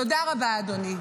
תודה רבה, אדוני.